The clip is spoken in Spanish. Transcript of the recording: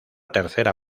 tercera